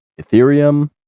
Ethereum